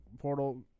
portal